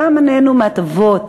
כמה נהנו מההטבות,